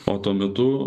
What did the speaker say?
o tuo metu